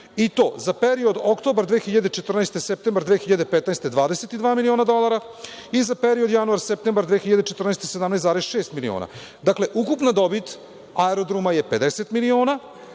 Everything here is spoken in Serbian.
i to za period oktobar 2014. – septembar 2015. godine 22 miliona dolara, i za period januar – septembar 2014. godine 17,6 miliona. Dakle, ukupna dobit aerodroma je 50 miliona,